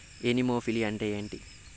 Anemophily అంటే ఏంటి?